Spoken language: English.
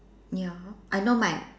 ya I know my